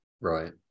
Right